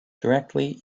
directly